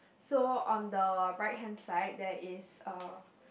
so on the right hand side there is a